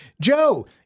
Joe